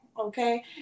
okay